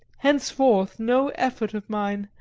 henceforth no effort of mine,